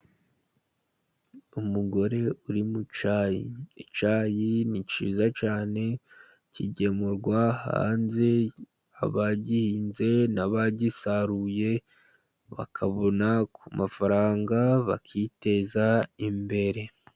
Umugore uri mu cyayi, icyayi ni cyiza cyane kigemurwa hanze, abagihinze n'abagisaruye bakabona ku mafaranga, bakiteza imbere.